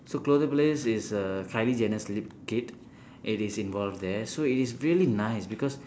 so is err kylie jenner's lip kit it is involved there so it is really nice because